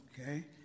okay